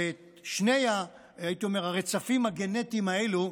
ושני הרצפים הגנטיים האלו,